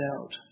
out